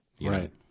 Right